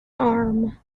arm